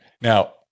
Now